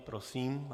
Prosím.